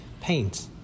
paint